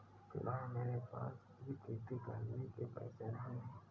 फिलहाल मेरे पास जैविक खेती करने के पैसे नहीं हैं